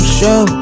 show